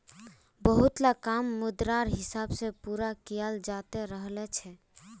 बहुतला काम मुद्रार हिसाब से पूरा कियाल जाते रहल छे